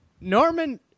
Norman